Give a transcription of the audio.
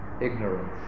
ignorance